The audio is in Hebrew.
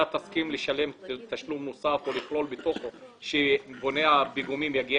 תסכים לשלם תשלום נוסף או לכלול בתוכו שבונה הפיגומים יגיע